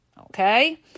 okay